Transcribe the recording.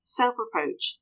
self-reproach